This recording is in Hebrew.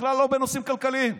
בכלל לא בנושאים כלכליים.